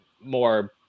more